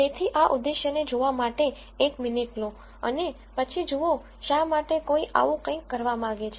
તેથી આ ઉદ્દેશ્યને જોવા માટે એક મિનિટ લો અને પછી જુઓ શા માટે કોઈ આવું કંઈક કરવા માંગે છે